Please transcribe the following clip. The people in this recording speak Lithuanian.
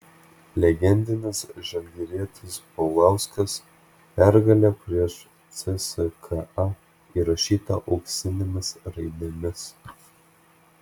legendinis žalgirietis paulauskas pergalė prieš cska įrašyta auksinėmis raidėmis